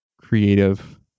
creative